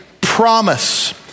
promise